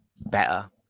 better